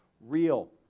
real